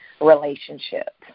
relationship